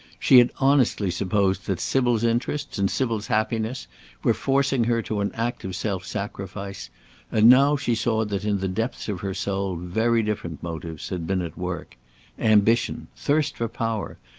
she had honestly supposed that sybil's interests and sybil's happiness were forcing her to an act of self-sacrifice and now she saw that in the depths of her soul very different motives had been at work ambition, thirst for power,